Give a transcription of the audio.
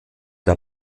der